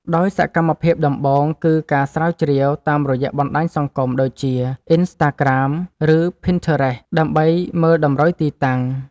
ដោយសកម្មភាពដំបូងគឺការស្រាវជ្រាវតាមរយៈបណ្ដាញសង្គម ដូចជា អុីនស្តាក្រាម ឬ ភីនធឺរេស ដើម្បីមើលតម្រុយទីតាំង។